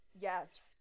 Yes